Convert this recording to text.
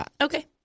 Okay